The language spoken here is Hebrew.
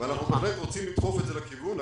ואנחנו בהחלט רוצים לדחוף את זה לכיוון הזה.